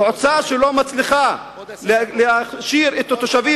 מועצה שלא מצליחה להכשיר את התושבים